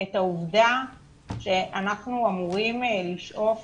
את העובדה שאנחנו אמורים לשאוף